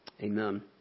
Amen